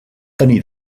tenir